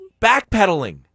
backpedaling